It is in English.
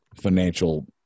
financial